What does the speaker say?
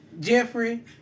Jeffrey